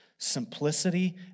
Simplicity